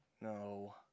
No